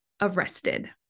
arrested